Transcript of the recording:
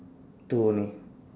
two only